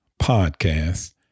podcast